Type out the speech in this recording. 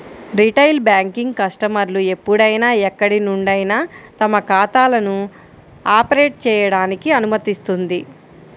retail banking కస్టమర్లు ఎప్పుడైనా ఎక్కడి నుండైనా తమ ఖాతాలను ఆపరేట్ చేయడానికి అనుమతిస్తుంది